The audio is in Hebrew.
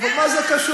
אבל מה זה קשור?